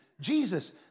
Jesus